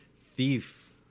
Thief